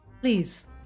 Please